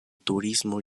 turismo